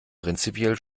prinzipiell